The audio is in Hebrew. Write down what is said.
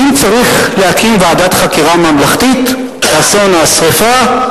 האם צריך להקים ועדת חקירה ממלכתית לאסון השרפה,